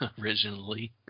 originally